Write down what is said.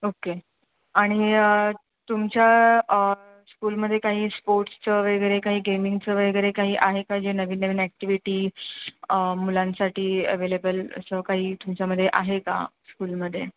okay आणि तुमच्या स्कूलमध्ये काही स्पोर्ट्सचं वगैरे काही गेमिंगचं वगैरे काही आहे का जे नवीन नवीन ॲक्टिव्हिटी मुलांसाठी अवेलेबल असं काही तुमच्यामध्ये आहे का स्कूलमध्ये